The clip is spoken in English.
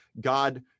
God